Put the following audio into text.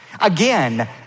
Again